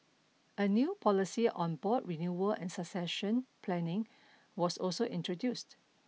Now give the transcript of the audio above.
a new policy on board renewal and succession planning was also introduced